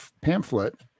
pamphlet